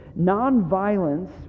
nonviolence